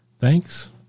thanks